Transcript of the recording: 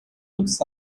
looks